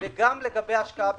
ולגבי השקעה בשותפויות,